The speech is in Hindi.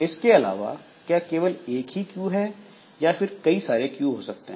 इसके अलावा क्या केवल एक ही Q है या फिर कई सारे Q हो सकते हैं